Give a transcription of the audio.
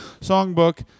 songbook